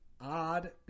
odd